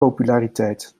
populariteit